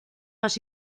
más